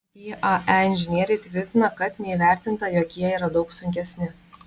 iae inžinieriai tvirtina kad neįvertinta jog jie yra daug sunkesni